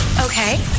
Okay